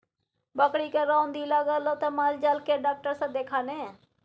बकरीके रौदी लागलौ त माल जाल केर डाक्टर सँ देखा ने